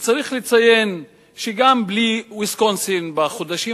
וצריך לציין שגם בלי "ויסקונסין" בחודשים